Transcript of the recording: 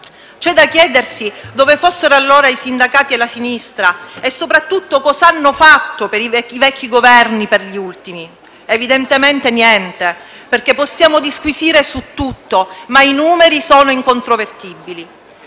C'è da chiedersi dove fossero allora i sindacati e la sinistra e soprattutto cosa hanno fatto i vecchi Governi per gli ultimi. Evidentemente niente, perché possiamo disquisire su tutto, ma i numeri sono incontrovertibili.